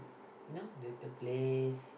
know the the place